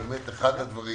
אחד הדברים